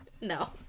No